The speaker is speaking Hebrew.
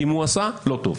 אם הוא עשה, לא טוב.